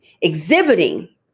exhibiting